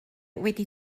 wedi